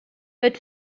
but